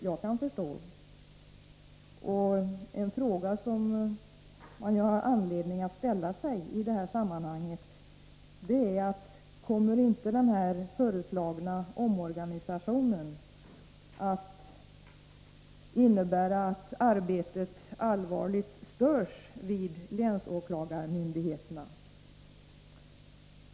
En fråga som man har anledning att ställa sig i sammanhanget är: Kommer inte den föreslagna omorganisationen att innebära att arbetet allvarligt störs vid länsåklagarmyndigheterna?